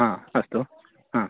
अस्तु